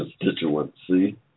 constituency